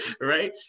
Right